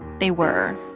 they were